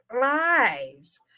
lives